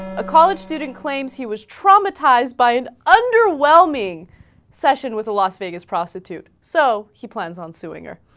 a college student claims he was traumatized by an under well-meaning session with a las vegas prosecute so he plans on suing a